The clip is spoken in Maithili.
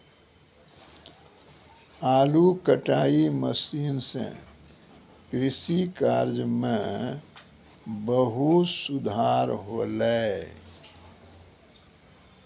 आलू कटाई मसीन सें कृषि कार्य म बहुत सुधार हौले